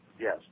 Yes